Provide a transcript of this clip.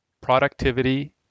Productivity